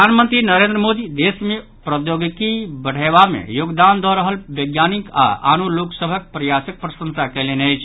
प्रधानमंत्री नरेंद्र मोदी देश मे प्रौद्योगिकी बढ़ायब मे योगदान दऽ रहल वैज्ञानिक आओर आनो लोक सभक प्रयासक प्रशंसा कयलनि अछि